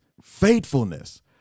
faithfulness